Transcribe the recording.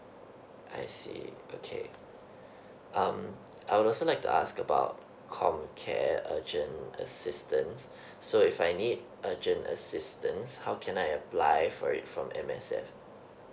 I see okay um I would also like to ask about comcare urgent assistance so if I need urgent assistance how can I apply for it from M_S_F